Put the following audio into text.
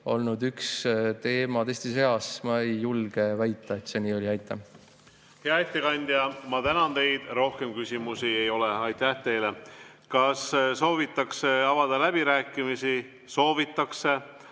olnud üks teema teiste seas – ma ei julge väita, et see nii oli. Hea ettekandja! Ma tänan teid. Rohkem küsimusi ei ole. Aitäh teile! Kas soovitakse avada läbirääkimisi? Soovitakse.